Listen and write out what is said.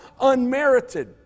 unmerited